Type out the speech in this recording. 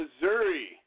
Missouri